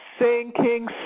sinking